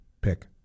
pick